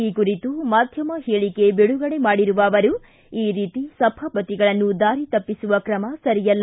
ಈ ಕುರಿತು ಮಾಧ್ಯಮ ಹೇಳಿಕೆ ಬಿಡುಗಡೆ ಮಾಡಿರುವ ಅವರು ಈ ರೀತಿ ಸಭಾಪತಿಗಳನ್ನು ದಾರಿ ತಪ್ಪಿಸುವ ತ್ರಮ ಸರಿಯಲ್ಲ